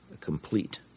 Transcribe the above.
complete